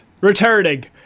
returning